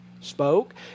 spoke